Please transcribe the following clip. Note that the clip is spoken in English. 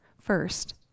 First